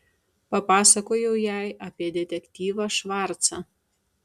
papasakojau jai apie detektyvą švarcą